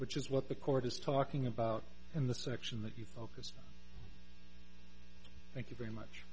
which is what the court is talking about in the section that you focus thank you very much